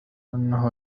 إنه